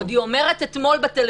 עוד היא אומרת אתמול בטלוויזיה,